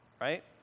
right